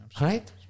right